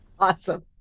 Awesome